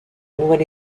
nouvelle